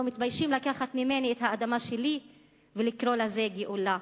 מתביישים לקחת ממני את האדמה שלי ולקרוא לזה גאולה.